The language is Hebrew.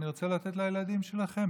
אני רוצה לתת לילדים שלכם.